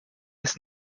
ist